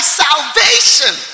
salvation